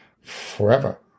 forever